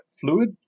fluid